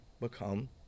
become